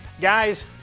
guys